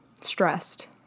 stressed